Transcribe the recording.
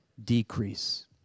decrease